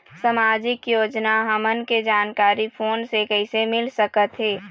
सामाजिक योजना हमन के जानकारी फोन से कइसे मिल सकत हे?